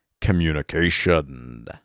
communication